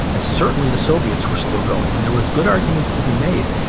and certainly the soviets were still going. and there was good arguments to be made,